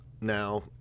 Now